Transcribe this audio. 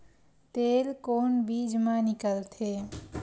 तेल कोन बीज मा निकलथे?